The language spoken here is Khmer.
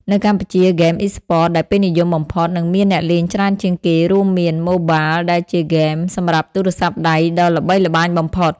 នៅកម្ពុជា ហ្គេមអុីស្ព័ត ដែលពេញនិយមបំផុត និងមានអ្នកលេងច្រើនជាងគេរួមមាន ម៉ូបាលដែលជាហ្គេម សម្រាប់ទូរសព្ទដៃដ៏ល្បីល្បាញបំផុត។